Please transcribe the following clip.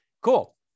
Cool